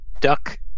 duck